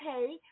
okay